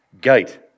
Gate